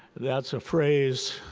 that's a phrase